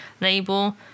label